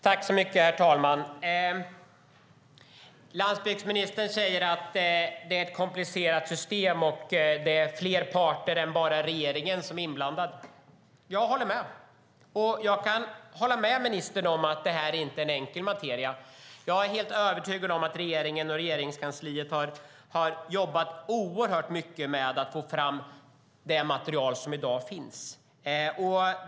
Herr talman! Landsbygdsministern säger att det är ett komplicerat system och att det är fler parter än bara regeringen som är inblandade. Jag håller med. Jag kan instämma i att detta inte är någon enkel materia. Jag är helt övertygad om att regeringen och Regeringskansliet har jobbat oerhört mycket med att få fram det material vi har i dag.